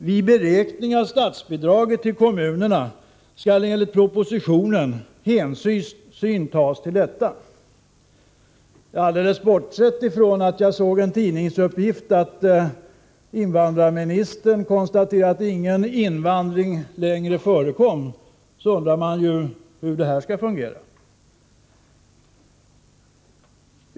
Vid beräkningen av statsbidraget till kommunerna skall enligt propositionen hänsyn tas till detta.” Alldeles bortsett från att jag i en tidning såg uppgiften att invandrarministern har konstaterat att någon invandring inte längre förekommer, undrar man hur detta skall fungera.